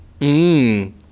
Mmm